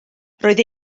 roedd